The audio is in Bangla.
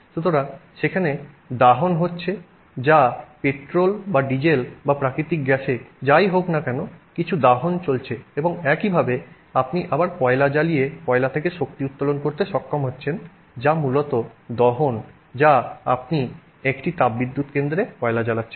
সুতরাং সেখানে দাহন হচ্ছে যা পেট্রল বা ডিজেল বা প্রাকৃতিক গ্যাসে যাই হোক না কেন কিছু দাহন চলছে এবং একইভাবে আপনি আবার কয়লা জ্বালিয়ে কয়লা থেকে শক্তি উত্তোলন করতে সক্ষম হচ্ছেন যা মূলত দহন যা আপনি একটি তাপবিদ্যুৎ কেন্দ্রে কয়লা জ্বালাচ্ছেন